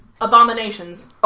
Abominations